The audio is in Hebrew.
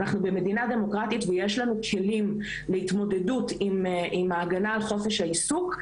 אנחנו במדינה דמוקרטית ויש לנו כלים להתמודדות עם ההגנה על חופש העיסוק,